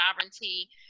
sovereignty